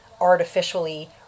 artificially